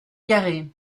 carrée